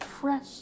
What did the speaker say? fresh